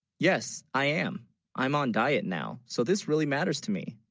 yes i am i'm on diet now so this really matters to me